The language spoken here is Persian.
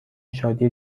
شادی